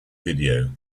video